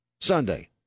Sunday